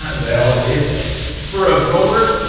well, it's for a grower